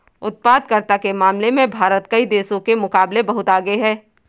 उत्पादकता के मामले में भारत कई देशों के मुकाबले बहुत आगे है